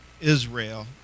Israel